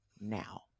now